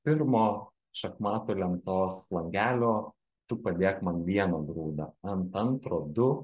pirmo šachmatų lentos langelio tu padėk man vieną grūdą ant antro du